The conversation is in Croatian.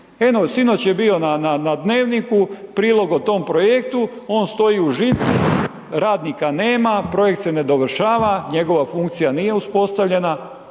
Eno, sinoć je bio na Dnevniku, prilog o tom projektu, on stoji u žici, radnika nema, projekt se ne dovršava, njegova funkcija nije uspostavljena.